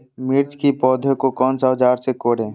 मिर्च की पौधे को कौन सा औजार से कोरे?